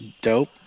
dope